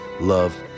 love